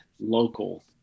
local